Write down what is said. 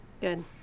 Good